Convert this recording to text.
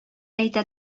әйтә